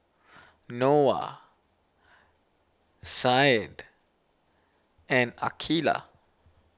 Noah Said and Aqilah